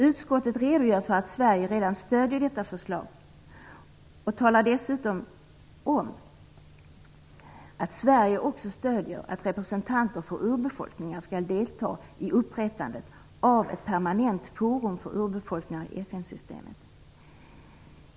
Utskottet redogör för att Sverige redan stöder detta förslag och talar dessutom om att Sverige också stöder att representanter för urbefolkningar skall delta i upprättandet av ett permanent forum för urbefolkningar i FN-systemet.